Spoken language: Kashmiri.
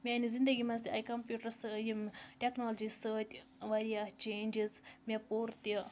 میٛانہِ زِنٛدگی منٛز تہِ آیہِ کَمپیوٗٹرَس یِم ٹٮ۪کنالجی سۭتۍ واریاہ چینٛجٕز مےٚ پوٚر تہِ